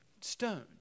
stone